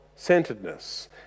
centeredness